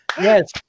Yes